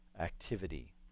activity